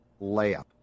layup